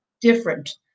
different